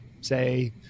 say